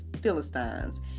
Philistines